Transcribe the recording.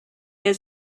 der